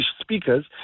speakers